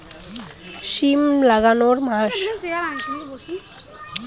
সিম লাগানোর মাস?